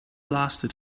lasted